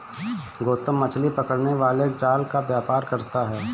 गौतम मछली पकड़ने वाले जाल का व्यापार करता है